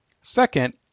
Second